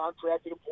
contracted